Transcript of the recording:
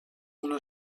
una